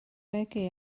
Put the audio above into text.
regi